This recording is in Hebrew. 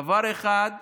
דבר אחד,